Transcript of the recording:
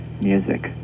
music